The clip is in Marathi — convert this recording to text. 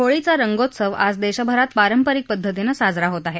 होळीचा रंगोत्सव आज देशभरात पारंपारीक पध्दतीनं साजरा होत आहे